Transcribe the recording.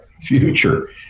future